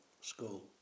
School